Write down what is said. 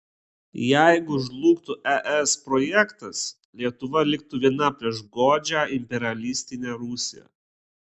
jeigu žlugtų es projektas lietuva liktų viena prieš godžią imperialistinę rusiją